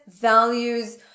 values